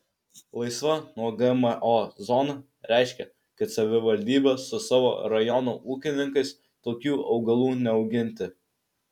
laisva nuo gmo zona reiškia kad savivaldybė su savo rajono ūkininkais tokių augalų neauginti